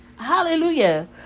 Hallelujah